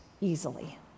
easily